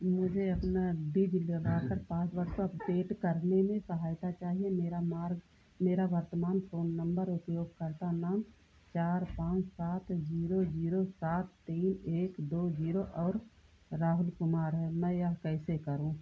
मुझे अपने डिजिलॉकर पासवर्ड को अपडेट करने में सहायता चाहिए मेरा मार वर्तमान फोन नंबर उपयोगकर्ता नाम चार पाँच सात जीरो जीरो सात तीन एक दो जीरो और राहुल कुमार है मैं यह कैसे करूँ